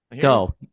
Go